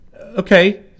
Okay